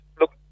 look